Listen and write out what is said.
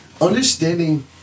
understanding